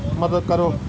ਮਦਦ ਕਰੋ